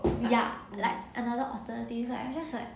ya like another alternative like just like